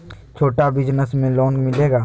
छोटा बिजनस में लोन मिलेगा?